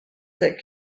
that